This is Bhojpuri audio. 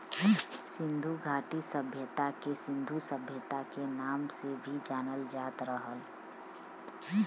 सिन्धु घाटी सभ्यता के सिन्धु सभ्यता के नाम से भी जानल जात रहल